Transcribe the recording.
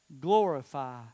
glorify